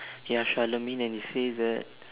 ya sharlemin and he says that